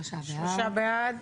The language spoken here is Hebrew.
הצבעה בעד,